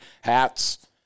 hats